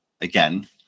again